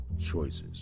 choices